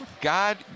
god